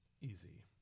easy